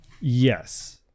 Yes